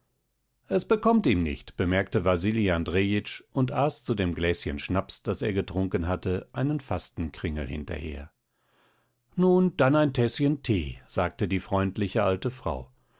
es bekommt ihm nicht bemerkte wasili andrejitsch und aß zu dem gläschen schnaps das er getrunken hatte einen fastenkringel hinterher nun dann ein täßchen tee sagte die freundliche alte frau